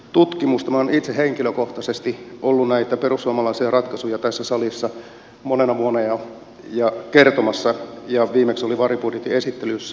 minä olen itse henkilökohtaisesti ollut näitä perussuomalaisia ratkaisuja tässä salissa monena vuonna jo kertomassa ja viimeksi olin varjobudjetin esittelyssä